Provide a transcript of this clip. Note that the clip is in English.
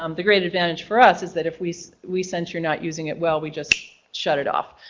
um the great advantage for us is that if we we sense you're not using it well, we just shut it off